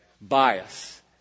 bias